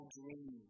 dream